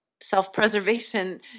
self-preservation